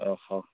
ଓଃ ଓଃ